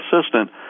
assistant